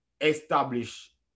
establish